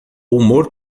humor